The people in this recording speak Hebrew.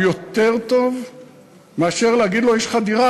הוא יותר טוב מאשר להגיד לו: יש לך דירה,